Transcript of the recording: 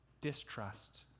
distrust